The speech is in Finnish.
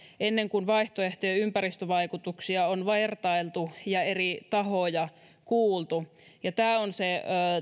ennen kuin vaihtoehtojen ympäristövaikutuksia on vertailtu ja eri tahoja kuultu tämä on se